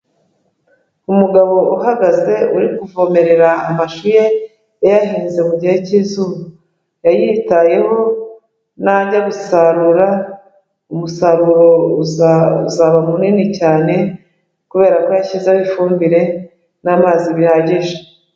Umugabo uhagaze uri kuvomerera amashu ye yayaheze mu gihe cy'izuba, yayitayeho nanjya gusarura umusaruro uzaba munini cyane, kubera ko yashyizeho ifumbire n'amazi bihagije.